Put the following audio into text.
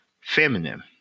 feminine